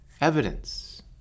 Evidence